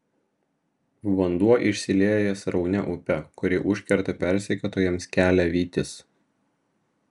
vanduo išsilieja sraunia upe kuri užkerta persekiotojams kelią vytis